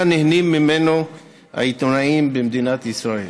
שנהנים ממנו העיתונאים במדינת ישראל.